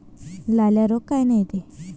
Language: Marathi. लाल्या रोग कायनं येते?